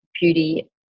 beauty